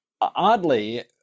oddly